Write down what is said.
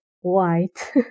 white